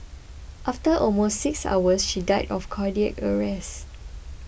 after almost six hours she died of cardiac arrest